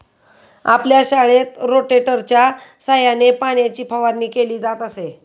आपल्या शाळेत रोटेटरच्या सहाय्याने पाण्याची फवारणी केली जात असे